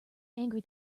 angry